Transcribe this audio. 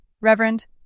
Reverend